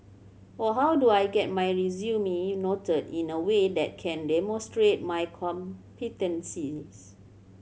or how do I get my resume noted in a way that can demonstrate my competencies